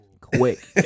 quick